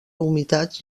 humitats